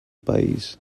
país